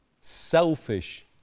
selfish